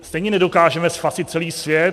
Stejně nedokážeme spasit celý svět.